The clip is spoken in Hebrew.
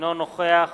אינו נוכח